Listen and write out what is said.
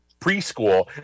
preschool